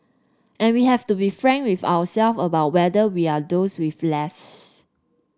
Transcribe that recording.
and we have to be frank with ourselves about whether we are those with less